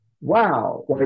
wow